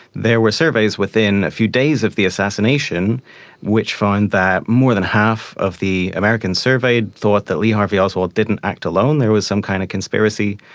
there were surveys within a few days of the assassination which found that more than half of the americans surveyed thought that lee harvey oswald didn't act alone, there was some kind of conspiracy.